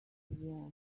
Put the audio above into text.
war